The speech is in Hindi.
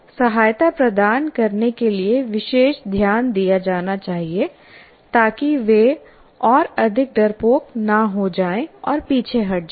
सहायता प्रदान करने के लिए विशेष ध्यान दिया जाना चाहिए ताकि वे और अधिक डरपोक न हो जाएं और पीछे हट जाएं